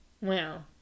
Wow